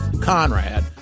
Conrad